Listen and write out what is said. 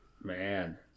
Man